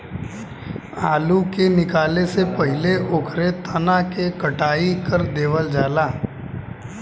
आलू के निकाले से पहिले ओकरे तना क कटाई कर देवल जाला